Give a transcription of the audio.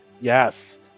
Yes